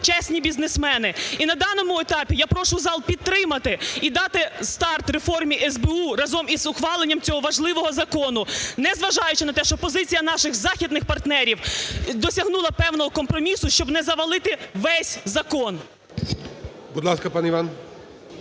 чесні бізнесмени. І на даному етапі я прошу зал підтримати, і дати старт реформі СБУ, разом із ухваленням цього важливого закону, незважаючи на те, що позиція наших західних партнерів досягнула певного компромісу, щоб не завалити весь закон. ГОЛОВУЮЧИЙ. Будь ласка, пан Іван.